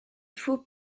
faux